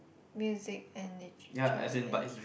music and Literature